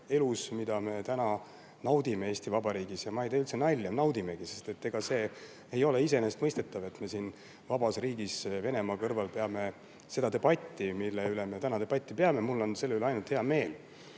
elus, mida me täna naudime Eesti Vabariigis. Ma ei tee üldse nalja, naudimegi, sest ega see ei ole iseenesestmõistetav, et me siin vabas riigis Venemaa kõrval peame seda debatti, mida me siin täna peame. Mul on selle üle ainult hea meel. Kui